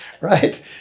right